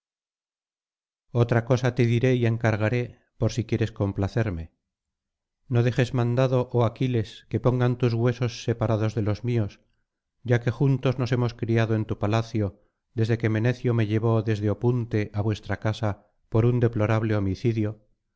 otra cosa te diré y encargaré por si quieres complacerme no dejes mandado oh aquiles que pongan tus huesos separados de los míos ya que juntos nos hemos criado en tu palacio desde que menetio me llevó desde opunte á vuestra casa por un deplorable homicidio